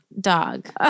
dog